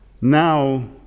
now